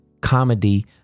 comedy